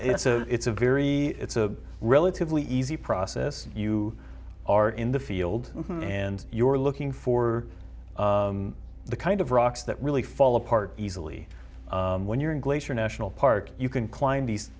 it's a it's a very it's a relatively easy process you are in the field and you're looking for the kind of rocks that really fall apart easily when you're in glacier national park you can climb these